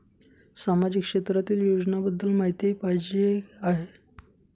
सामाजिक क्षेत्रातील योजनाबद्दल माहिती पाहिजे आहे?